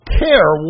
care